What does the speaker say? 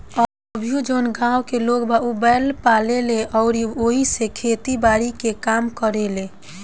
अभीओ जवन गाँव के लोग बा उ बैंल पाले ले अउरी ओइसे खेती बारी के काम करेलें